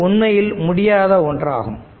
இது உண்மையில் முடியாத ஒன்றாகும்